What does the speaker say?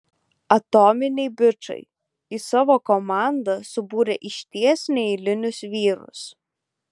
atominiai bičai į savo komandą subūrė išties neeilinius vyrus